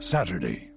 Saturday